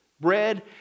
Bread